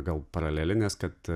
gal paralelinės kad